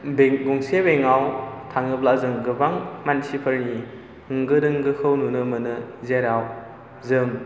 दै मोनसे बेंकआव थाङोब्ला जों गोबां मानसिफोरनि होंगो दोंगोखौ नुनो मोनो जेराव जों